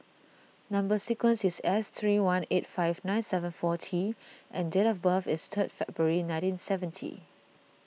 Number Sequence is S three one eight five nine seven four T and date of birth is three February nineteen seventy